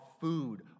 food